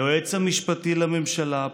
היועץ המשפטי לממשלה,